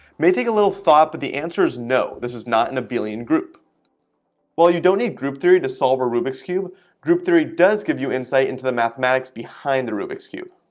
may take a little thought but the answer is no this is not an abelian group well, you don't need group theory to solve a rubik's cube group theory does give you insight into the mathematics behind the rubik's cube